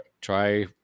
try